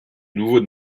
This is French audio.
nouveau